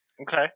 Okay